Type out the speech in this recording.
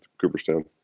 Cooperstown